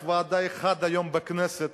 רק ועדה אחת בכנסת,